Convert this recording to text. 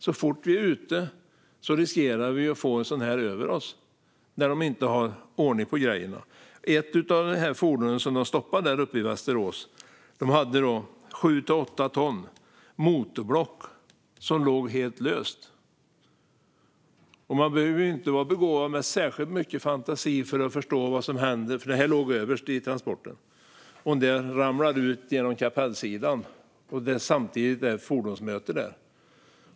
Så fort vi är ute riskerar vi att få ett sådant fordon över oss när de inte har ordning på grejerna. Ett av de fordon som stoppades i Västerås hade 7-8 ton motorblock som låg helt löst. De låg överst i transporten, och man behöver inte vara begåvad med särskilt mycket fantasi för att förstå vad som händer om de ramlar ut över kapellsidan samtidigt som det är ett fordonsmöte.